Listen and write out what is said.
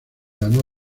ganó